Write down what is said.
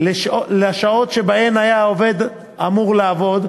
לשעות שבהן היה העובד אמור לעבוד.